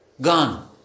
Gone